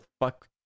fuck